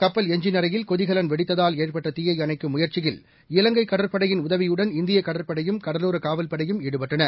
கப்பல் எஞ்சின் அறையில் கொதிகலன் வெடித்ததால் ஏற்பட்ட தீயை அணைக்கும் முயற்சியில் இலங்கை கடற்படையின் உதவியுடன் இந்திய கடற்படையும் கடலோர காவல்படையும் ஈடுபட்டன